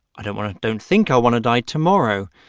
i don't want to don't think i want to die tomorrow.